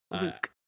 Luke